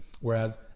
Whereas